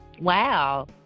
Wow